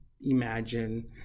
imagine